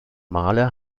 maler